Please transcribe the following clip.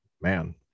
man